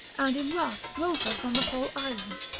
and in wrath drove her from the whole island.